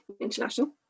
International